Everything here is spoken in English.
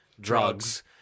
drugs